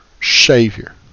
Savior